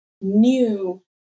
new